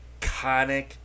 iconic